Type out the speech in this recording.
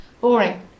boring